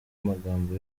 amagambo